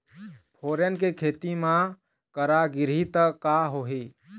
फोरन के खेती म करा गिरही त का होही?